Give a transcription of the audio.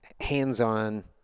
hands-on